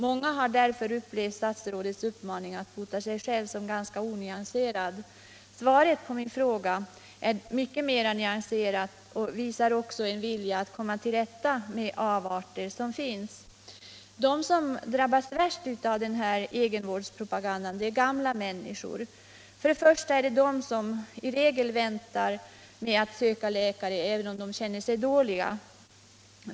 Många har upplevt statsrådets uppmaning att bota sig själv som ganska onyanserad. Svaret på min fråga är mycket mera nyanserat och visar också en vilja att komma till rätta med de avarter som finns. De som drabbas värst av denna egenvårdspropaganda är gamla människor. För det första är det människor som i regel väntar med att söka läkare även om de känner sig dåliga.